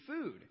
food